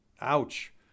ouch